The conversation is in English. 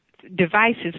Devices